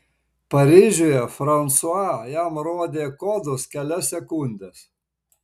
paryžiuje fransua jam rodė kodus kelias sekundes